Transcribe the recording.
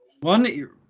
One